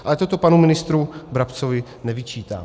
Ale toto panu ministru Brabcovi nevyčítám.